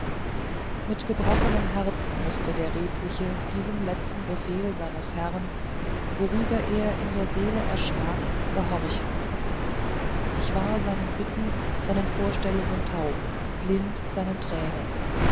mit gebrochenem herzen mußte der redliche diesem letzten befehle seines herrn worüber er in der seele erschrak gehorchen ich war seinen bitten seinen vorstellungen taub blind seinen tränen